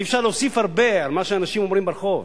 אי-אפשר להוסיף הרבה על מה שאנשים אומרים ברחוב,